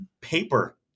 paper